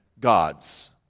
God's